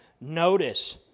Notice